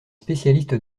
spécialiste